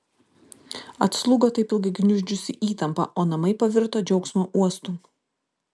atslūgo taip ilgai gniuždžiusi įtampa o namai pavirto džiaugsmo uostu